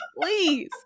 please